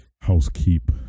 housekeep